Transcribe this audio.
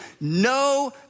no